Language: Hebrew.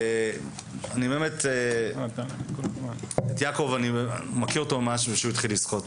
את יעקב אני מכיר מאז שהוא התחיל לשחות.